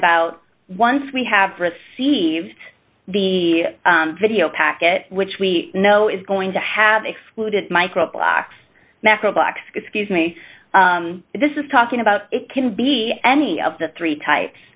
about once we have received the video packet which we know is going to have excluded micro blocks macro black scuse me this is talking about it can be any of the three types